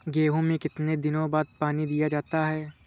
गेहूँ में कितने दिनों बाद पानी दिया जाता है?